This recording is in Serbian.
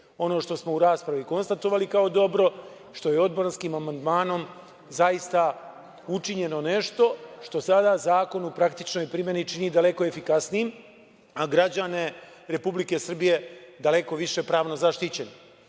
ono što smo u raspravi konstatovali kao dobro, što je odborskim amandmanom učinjeno nešto, što sada zakon u praktičnoj primeni čini daleko efikasnijim, a građane Republike Srbije daleko više pravno zaštićenim. Konkretno